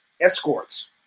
escorts